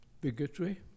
bigotry